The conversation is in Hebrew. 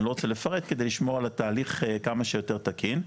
אני לא רוצה לפרט כדי לשמור על התהליך כמה שיותר תקין,